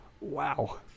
Wow